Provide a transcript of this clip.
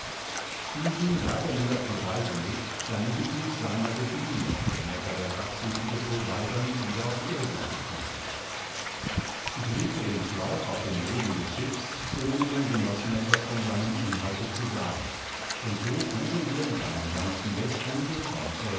diesen gab er mir auf die reise mit damit ich mich seiner bediene wenn etwa der rachsüchtige poseidon mich wieder auf irrwege führe ich legte den schlauch auf den boden des schiffs ohne den genossen etwas von seinem inhalte zu sagen und so fuhren wir mit einem sanften westwinde von